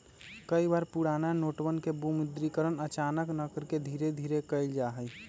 कई बार पुराना नोटवन के विमुद्रीकरण अचानक न करके धीरे धीरे कइल जाहई